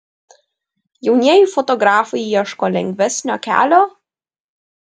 jaunieji fotografai ieško lengvesnio kelio